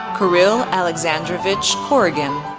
kirill alexandrovich korygin,